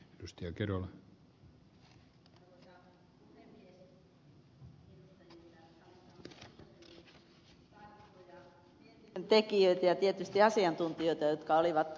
edustajien täällä salissa on kiittäminen tarkkoja mietinnön tekijöitä ja tietysti asiantuntijoita jotka olivat kuultavanamme